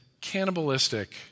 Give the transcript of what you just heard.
cannibalistic